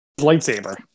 lightsaber